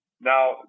Now